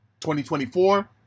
2024